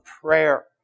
prayer